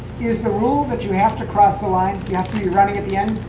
is the rule that you have to cross the line? you have to be running at the end